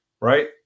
right